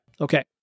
Okay